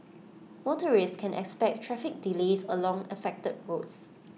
motorists can expect traffic delays along affected roads